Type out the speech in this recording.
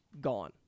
Gone